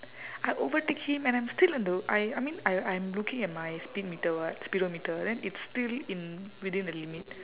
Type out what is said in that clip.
I overtake him and I'm still in the I I mean I I'm looking at my speed meter what speedometer then it's still in within the limit